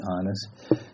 honest